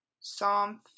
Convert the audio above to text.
Psalm